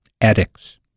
addicts